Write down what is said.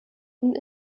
und